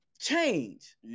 change